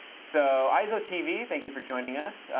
so aizotv, thank you for joining us.